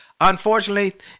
Unfortunately